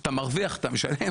אתה מרוויח אתה משלם,